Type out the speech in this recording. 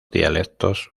dialectos